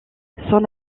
son